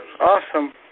Awesome